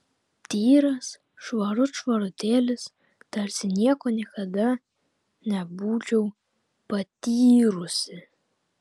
tyras švarut švarutėlis tarsi nieko niekada nebūčiau patyrusi